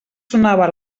sonava